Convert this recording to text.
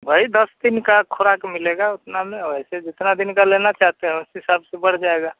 वही दस दिन की ख़ुराक मिलेगी वैसे जितने दिन का लेना चाहते हो उस हिसाब से बढ़ जाएगा